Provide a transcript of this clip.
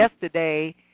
yesterday